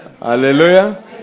Hallelujah